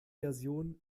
version